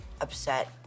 upset